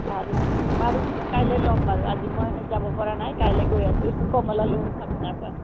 বাৰু বাৰু কাইলৈ ল'ম বাৰু আাজি মই যাব পৰা নাই কাইলৈ গৈ আছোঁ কমলা ল'ম আপোনাৰ পৰা